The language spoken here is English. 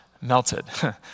melted